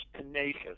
tenacious